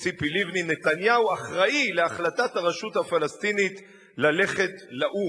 ציפי לבני: נתניהו אחראי להחלטת הרשות הפלסטינית ללכת לאו"ם,